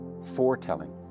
foretelling